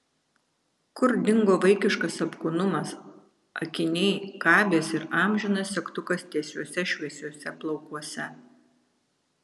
kur dingo vaikiškas apkūnumas akiniai kabės ir amžinas segtukas tiesiuose šviesiuose plaukuose